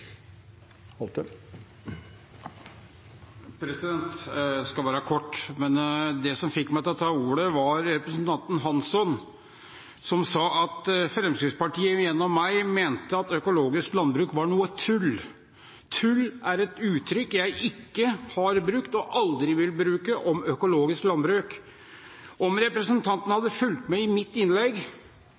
Jeg skal være kort. Det som fikk meg til å ta ordet, var representanten Hansson som sa at Fremskrittspartiet gjennom meg mente at økologisk landbruk var noe «tull». «Tull» er et uttrykk jeg ikke har brukt og aldri vil bruke om økologisk landbruk. Om representanten hadde fulgt med i mitt innlegg,